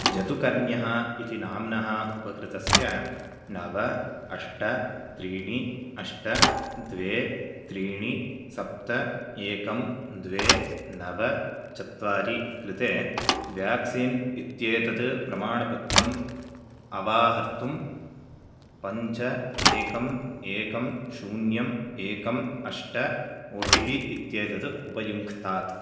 जतुकर्ण्यः इति नाम्नः उपकृतस्य नव अष्ट त्रीणि अष्ट द्वे त्रीनि सप्त एकं द्वे नव चत्वारि कृते व्याक्सीन् इत्येतत् प्रमाणपत्रम् अवाहर्तुं पञ्च एकं एकं शून्यं एकं अष्ट ओ टि पि इत्येतत् उपयुङ्क्तात्